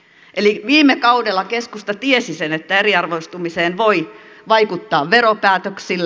eli viime kaudella keskusta tiesi sen että eriarvoistumiseen voi vaikuttaa veropäätöksillä